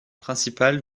principal